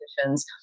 Conditions